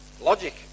Logic